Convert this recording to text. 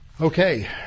Okay